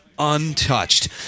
untouched